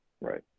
right